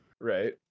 right